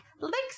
licks